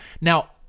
Now